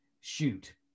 shoot